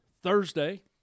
Thursday